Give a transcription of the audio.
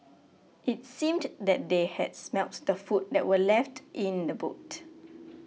it seemed that they had smelt the food that were left in the boot